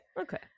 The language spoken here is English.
Okay